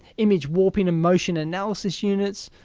image warping and motion analysis units,